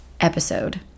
episode